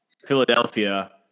Philadelphia